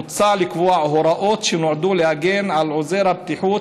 מוצע לקבוע הוראות שנועדו להגן על עוזר הבטיחות